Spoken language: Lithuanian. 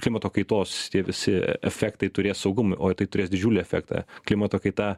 klimato kaitos tie visi efektai turės saugumui o tai turės didžiulį efektą klimato kaita